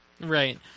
Right